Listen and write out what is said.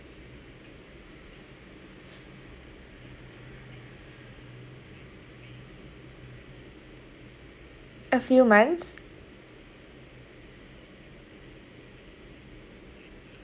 a few months